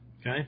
Okay